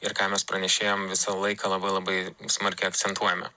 ir ką mes pranešėjam visą laiką labai labai smarkiai akcentuojame